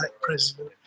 president